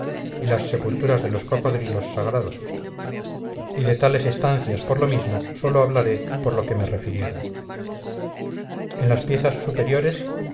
y las sepulturas de los cocodrilos sagrados y de tales estancias por lo mismo sólo hablaré por lo que me refirieron en las piezas superiores